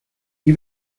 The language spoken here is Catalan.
qui